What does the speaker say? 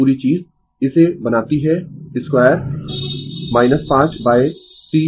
यह पूरी चीज इसे बनाती है 2 5 T42t2dt